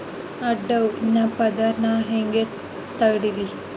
ಅಡ್ಡ ಹೂವಿನ ಪದರ್ ನಾ ಹೆಂಗ್ ತಡಿಲಿ?